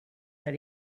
that